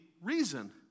reason